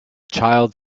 child